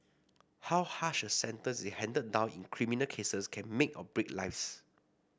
how harsh a sentence is handed down in criminal cases can make or break lives